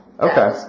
Okay